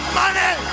money